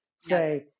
say